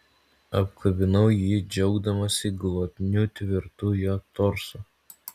apkabinau jį džiaugdamasi glotniu tvirtu jo torsu